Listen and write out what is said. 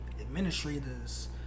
administrators